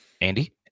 Andy